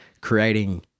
creating